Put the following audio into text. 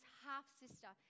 half-sister